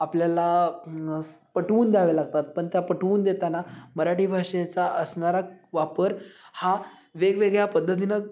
आपल्याला पटवून द्यावे लागतात पण त्या पटवून देताना मराठी भाषेचा असणारा वापर हा वेगवेगळ्या पद्धतीनं